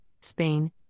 Spain